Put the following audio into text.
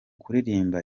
kuririmba